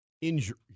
injury